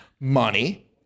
money